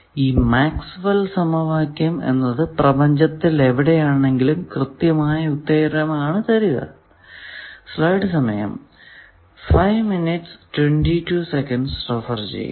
ഈ Maxwell സമവാക്യം Maxwell's equation എന്നത് പ്രപഞ്ചത്തിൽ എവിടെയാണെങ്കിലും കൃത്യമായ ഉത്തരം ആണ് നൽകുക